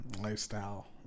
lifestyle